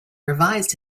revised